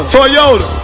Toyota